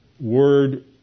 word